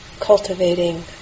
Cultivating